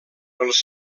els